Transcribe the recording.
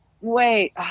Wait